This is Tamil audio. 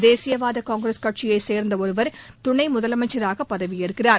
தேசியவாத காங்கிரஸ் கட்சியைச் சேர்ந்த ஒருவர் துணை முதலமைச்சராக பதவியேற்கிறார்